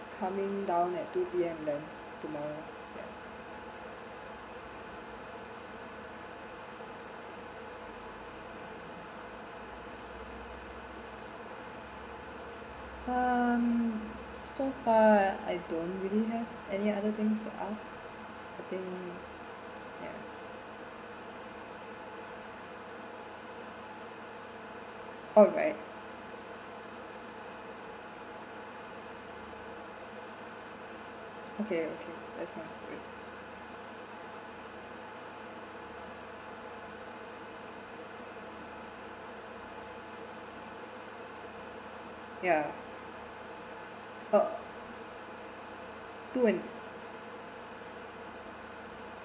coming down at two P_M then tomorrow yup um so far I don't really have any other thing to ask I think ya alright okay okay that's sounds great ya uh two and